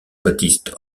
baptiste